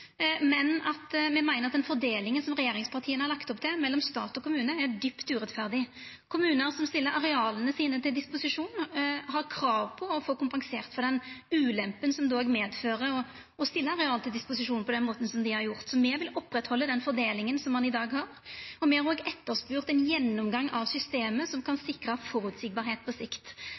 men at me meiner at den fordelinga som regjeringspartia har lagt opp til mellom stat og kommune, er djupt urettferdig. Kommunar som stiller areala sine til disposisjon, har krav på å få kompensert for den ulempa som det medfører å stilla areal til disposisjon på den måten som dei har gjort. Så me vil oppretthalda den fordelinga som ein i dag har. Me har òg etterspurt ein gjennomgang av systemet som kan sikra føreseielege forhold på sikt.